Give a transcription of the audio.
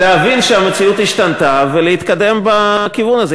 להבין שהמציאות השתנתה ולהתקדם בכיוון הזה.